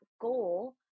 goal